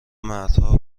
مردها